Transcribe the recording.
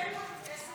תן לו עשר דקות.